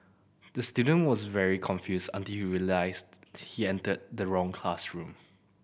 the student was very confused until he realised he entered the wrong classroom